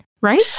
right